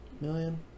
million